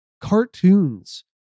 Cartoons